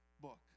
book